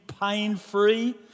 pain-free